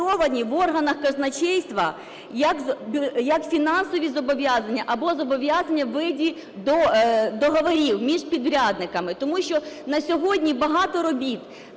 в органах казначейства як фінансові зобов'язання або зобов'язання у виді договорів між підрядниками. Тому що на сьогодні багато робіт,